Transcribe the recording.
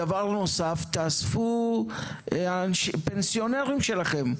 דבר נוסף, תאספו פנסיונרים שלכם.